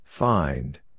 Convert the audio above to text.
Find